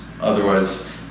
otherwise